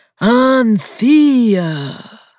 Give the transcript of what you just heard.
Anthea